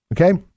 Okay